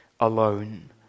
alone